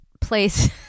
place